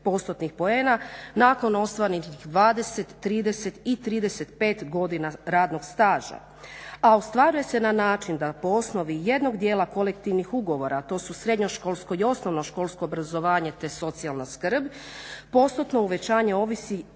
10%-tnih poena nakon ostvarenih 20, 30 i 35 godina radnog staža, a ostvaruje se na način da po osnovi jednog dijela kolektivnih ugovora, a to su srednjoškolsko i osnovnoškolsko obrazovanje te socijalna skrb, postotno uvećanje ovisi